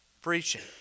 preaching